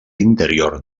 interior